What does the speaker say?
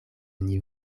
oni